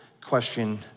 question